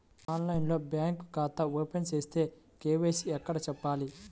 ఆన్లైన్లో బ్యాంకు ఖాతా ఓపెన్ చేస్తే, కే.వై.సి ఎక్కడ చెప్పాలి?